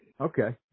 Okay